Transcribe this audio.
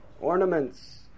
ornaments